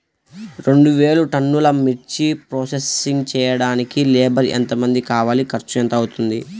రెండు వేలు టన్నుల మిర్చి ప్రోసెసింగ్ చేయడానికి లేబర్ ఎంతమంది కావాలి, ఖర్చు ఎంత అవుతుంది?